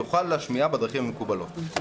יוכל להשמיעה בדרכים המקובלות".